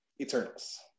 Eternals